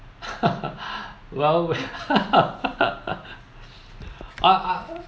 well I I